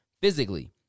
physically